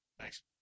Thanks